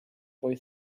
boy